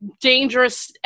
dangerous